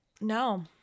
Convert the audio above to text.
No